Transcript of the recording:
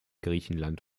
griechenland